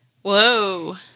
Whoa